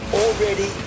already